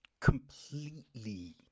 completely